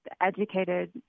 educated